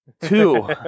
Two